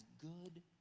good